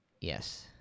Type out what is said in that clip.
Yes